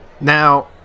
Now